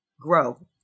Grow